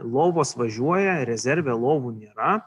lovos važiuoja rezerve lovų nėra